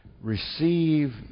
Receive